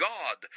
God